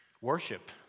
Worship